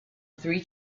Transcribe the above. three